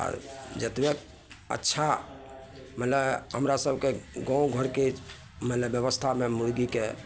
आ जतबै अच्छा मतलब हमरा सबके गाँव घरके मने बेबस्थामे मुर्गीके